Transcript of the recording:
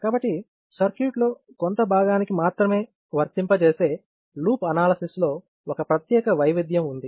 కాబట్టి సర్క్యూట్ లో కొంత భాగానికి మాత్రమే వర్తింపజేసే లూప్ అనాలసిస్ లో ఒక ప్రత్యేక వైవిధ్యం ఉంది